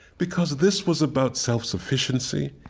because this was about self-sufficiency.